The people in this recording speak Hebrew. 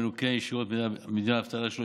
המנוכה ישירות מדמי האבטלה שלו,